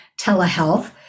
telehealth